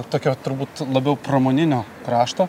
tokio turbūt labiau pramoninio krašto